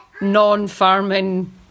non-farming